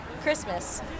Christmas